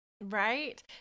Right